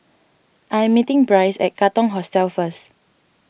I am meeting Bryce at Katong Hostel first